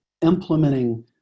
implementing